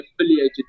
affiliated